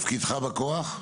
תפקידך בכוח?